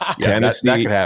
Tennessee